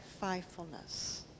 faithfulness